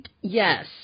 Yes